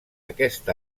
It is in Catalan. aquest